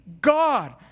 God